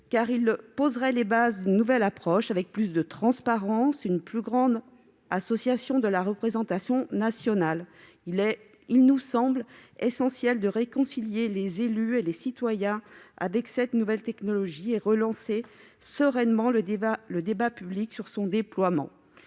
pour poser les fondements d'une nouvelle approche, avec davantage de transparence et une plus grande association de la représentation nationale. Il nous semble crucial de réconcilier élus et citoyens avec cette nouvelle technologie et de relancer sereinement le débat public sur son déploiement.